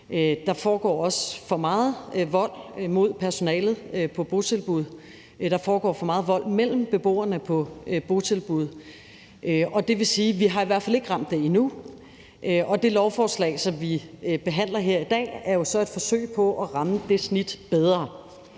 Der foregår også for meget vold mod personalet på botilbud, og der foregår for meget vold mellem beboerne på botilbud. Det vil sige, at vi i hvert fald ikke har ramt den endnu. Men det lovforslag, som vi behandler her i dag, er jo så et forsøg på at ramme det snit bedre.